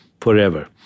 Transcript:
forever